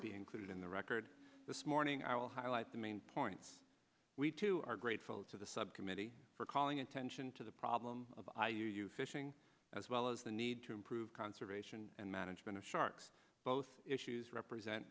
be included in the record this morning i will highlight the main points we too are grateful to the subcommittee for calling attention to the problem of ai you fishing as well as the need to improve conservation and management of sharks both issues represent